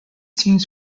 teams